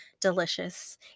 delicious